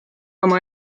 oma